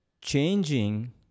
changing